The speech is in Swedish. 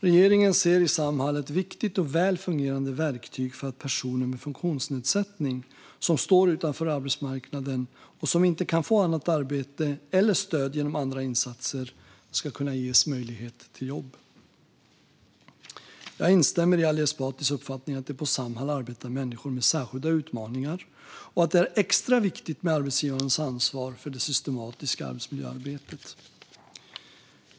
Regeringen ser i Samhall ett viktigt och väl fungerande verktyg för att personer med funktionsnedsättning som står utanför arbetsmarknaden och som inte kan få annat arbete eller stöd genom andra insatser ska kunna ges möjlighet till jobb. Jag instämmer i Ali Esbatis uppfattning att det på Samhall arbetar människor med särskilda utmaningar och att det är extra viktigt med arbetsgivarens ansvar för det systematiska arbetsmiljöarbetet.